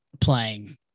playing